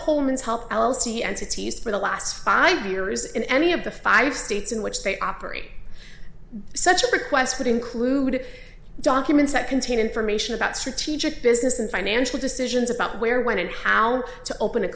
homans help l t entities for the last five years in any of the five states in which they operate such a request would include documents that contain information about strategic business and financial decisions about where when and how to open a